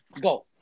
Go